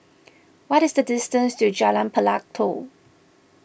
what is the distance to Jalan Pelatok